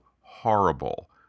horrible